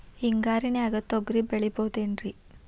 ಹಿಂಗಾರಿನ್ಯಾಗ ತೊಗ್ರಿ ಬೆಳಿಬೊದೇನ್ರೇ?